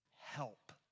help